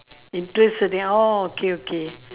interesting thing orh okay okay